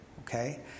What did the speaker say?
Okay